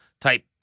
type